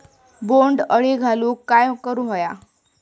बोंड अळी घालवूक काय करू व्हया?